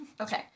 Okay